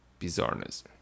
bizarreness